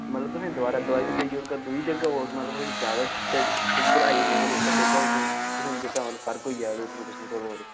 मतलब तुसेंगी दबारा दवाई बी देई ओड़गा दूई देगा होई सनाओ तुसेंगी जादा चाहिदी उप्पर हाई लेवल पर देगा तुसेंगी जेह्का मतलब फर्क होई जा ओह्दे उप्परूं थोह्ड़ा बहत